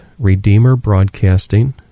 redeemerbroadcasting